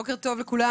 בוקר טוב לכולם,